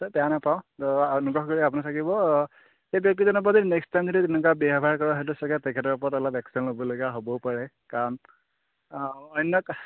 এই বেয়া নাপাওঁ অনুগ্ৰহ কৰি আপুনি থাকিব সেই ব্যক্তিজনৰ পৰা যদি নেক্সট টাইম যদি তেনেকুৱা বিহেভিয়াৰ কৰে হয়তো ছাগৈ তেখেতৰ ওপৰত অলপ একশ্যন ল'বলগীয়া হ'বও পাৰে কাৰণ অন্য কা